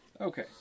Okay